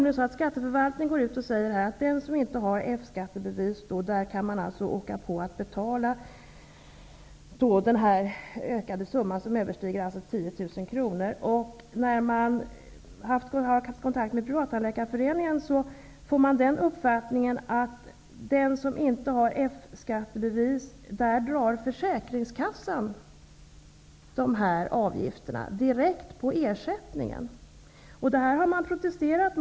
Skatteförvaltningen säger att man, om F-skattebevis inte företes och räkningen överstiger 10 000 kr, kan få betala skatt och arbetsgivaravgifter. Men efter kontakt med Privattandläkarföreningen har jag fått den uppfattningen att Försäkringskassan drar dessa avgifter direkt på ersättningen för den som inte har F-skattebevis.